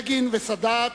בגין וסאדאת